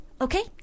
okay